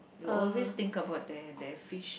you always think about there there fish